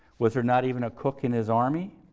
was there not even a cook in his army?